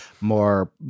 more